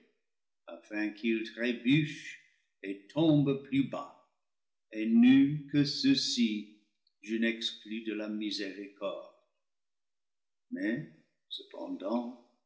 afin qu'ils trébuchent et tombent plus bas et nuls que ceux-ci je n'exclus de la miséricorde mais cependant